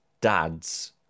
dad's